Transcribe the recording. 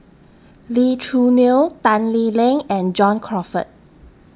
Lee Choo Neo Tan Lee Leng and John Crawfurd